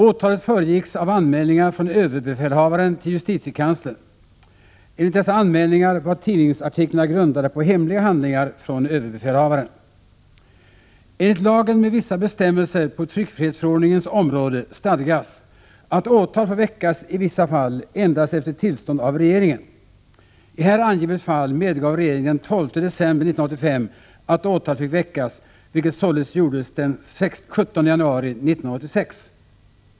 Åtalet föregicks av anmälningar från överbefälhavaren till justitiekanslern. Enligt dessa anmälningar var tidningsartiklarna grundade på hemliga handlingar från överbefälhavaren. Enligt lagen med vissa bestämmelser på tryckfrihetsförordningens område stadgas att åtal får väckas i vissa fall endast efter tillstånd av regeringen. I här angivet fall medgav regeringen den 12 december 1985 att åtal fick väckas, vilket således gjordes den 17 januari 1986.